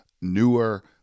newer